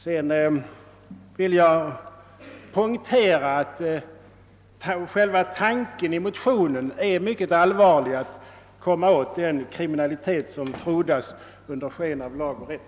Jag vill poängtera att själva tanken i motionen är mycket allvarlig. Avsikten är ju att stävja den kriminalitet som frodas under sken av lag och rätt.